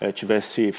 tivesse